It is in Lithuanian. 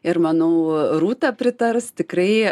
ir manau rūta pritars tikrai